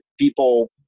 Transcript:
people